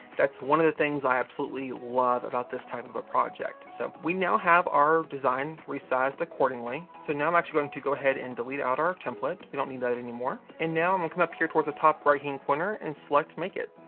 that's one of the things i absolutely love about this type of a project. so we now have our design resized accordingly, so now i'm actually going to go ahead and delete out our template. we don't need that anymore. and now i'm gonna come up here towards the top right hand corner, and select make it.